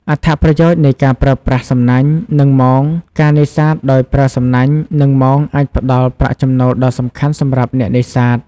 អត្ថប្រយោជន៍នៃការប្រើប្រាស់សំណាញ់ និងមងការនេសាទដោយប្រើសំណាញ់ និងមងអាចផ្តល់ប្រាក់ចំណូលដ៏សំខាន់សម្រាប់អ្នកនេសាទ។